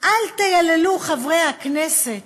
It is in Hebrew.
אל תייללו, חברי הכנסת